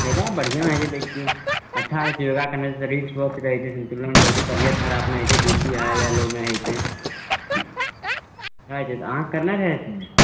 फायदा बढ़िआँ हइ छै देखियौ अच्छा रहय छै योगा करनासँ शरीर स्वस्थ रहय छै सन्तुलन रहय छै तबियत खराब नहि होइ छै बी पी हाय या लो नै है छै तऽ अहाँ करने रहै की